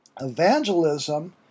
evangelism